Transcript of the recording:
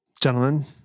Gentlemen